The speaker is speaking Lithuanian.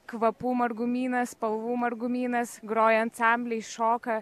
kvapų margumynas spalvų margumynas groja ansambliai šoka